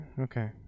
okay